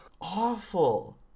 Awful